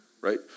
right